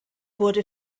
wurde